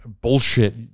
bullshit